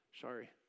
sorry